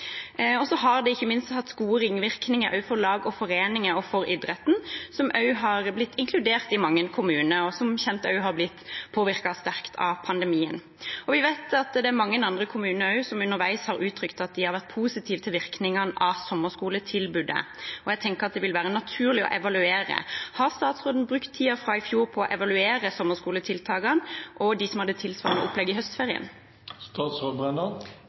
har det hatt gode ringvirkninger for lag og foreninger og for idretten, som også har blitt inkludert i mange kommuner, og som kjent også har blitt påvirket sterkt av pandemien. Vi vet at det er mange andre kommuner også som underveis har uttrykt at de har vært positive til virkningene av sommerskoletilbudet, og jeg tenker at det vil være naturlig å evaluere. Har statsråden brukt tiden fra i fjor på å evaluere sommerskoletiltakene og tiltak i høstferien? Så vidt jeg vet, er ikke tiltaket med sommerskole i